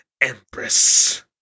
Empress